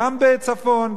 גם בצפון,